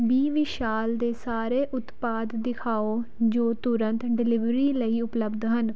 B Vishal ਦੇ ਸਾਰੇ ਉਤਪਾਦ ਦਿਖਾਓ ਜੋ ਤੁਰੰਤ ਡਿਲੀਵਰੀ ਲਈ ਉਪਲੱਬਧ ਹਨ